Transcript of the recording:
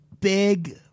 big